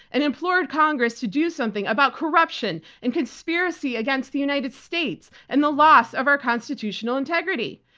and implored congress to do something about corruption and conspiracy against the united states and the loss of our constitutional integrity.